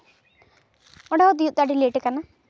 ᱚᱸᱰᱮ ᱦᱚᱸ ᱛᱤᱭᱟᱹᱜ ᱛᱮ ᱟᱹᱰᱤ ᱞᱮᱹᱴ ᱠᱟᱱᱟ